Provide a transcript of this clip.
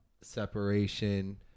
separation